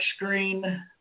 touchscreen